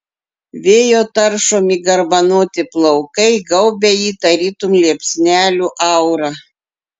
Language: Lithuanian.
vėjo taršomi garbanoti plaukai gaubia jį tartum liepsnelių aura